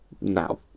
now